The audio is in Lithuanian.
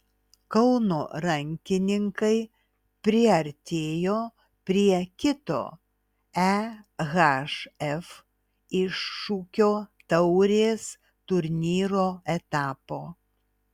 kauno rankininkai priartėjo prie kito ehf iššūkio taurės turnyro etapo